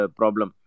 problem